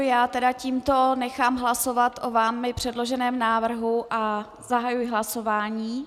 Já tedy tímto nechám hlasovat o vámi předloženém návrhu a zahajuji hlasování.